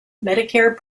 medicare